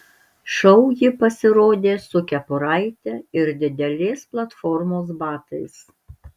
šou ji pasirodė su kepuraite ir didelės platformos batais